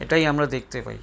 এটাই আমরা দেখতে পাই